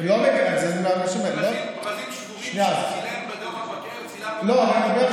מה שאני אומר, בדוח המבקר, נכון.